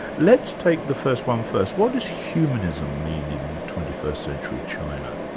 let's take the first one first. what does humanism mean in twenty first century china?